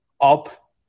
up